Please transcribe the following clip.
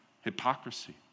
hypocrisy